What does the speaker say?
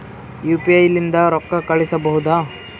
UPI ಲಿಂದ ರೊಕ್ಕ ಕಳಿಸಬಹುದಾ?